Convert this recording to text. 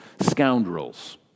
scoundrels